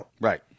Right